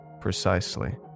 Precisely